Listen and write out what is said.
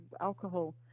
alcohol